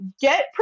get